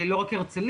לא רק הרצליה.